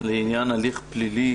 לעניין הליך פלילי